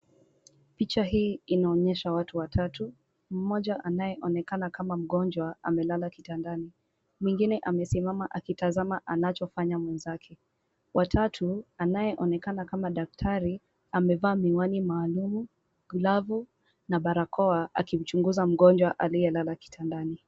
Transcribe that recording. Picha hii inaonyesha watu watatu, mmoja anayeonekana kama mgonjwa amelala kitandani. Mwingine amesimama akitazama anachofanya mwenzake. Wa tatu, anayeonekana kama daktari, amevaa miwani maalum, glavu na barakoa akimchunguza mgonjwa aliyelala kitandani.